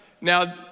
Now